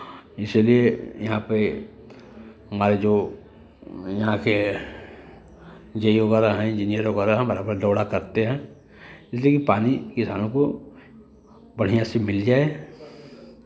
इसीलिए यहाँ पे हमारे जो यहाँ के जे ई वगैरह हैं इंजीनियर वगैरह है बराबर दौरा करते हैं इसलिए कि पानी किसानों को बढ़ियाँ से मिल जाए